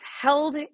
held